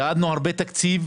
ייעדנו הרבה תקציב